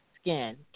skin